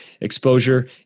exposure